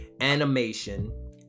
animation